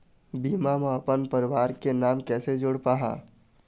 बीमा म अपन परवार के नाम कैसे जोड़ पाहां?